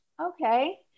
Okay